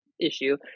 issue